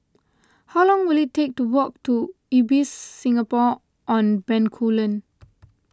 how long will it take to walk to Ibis Singapore on Bencoolen